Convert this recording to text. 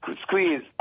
Squeeze